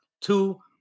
two